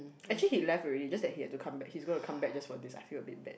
actually he left already just that he had to come back he is gonna come back just for this I feel a bit bad